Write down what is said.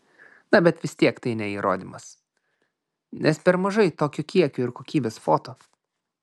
na bet vis tiek tai ne įrodymas nes per mažai tokio kiekio ir kokybės foto